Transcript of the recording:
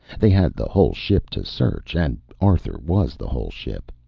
they had the whole ship to search. and arthur was the whole ship.